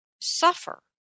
suffer